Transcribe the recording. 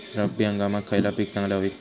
रब्बी हंगामाक खयला पीक चांगला होईत?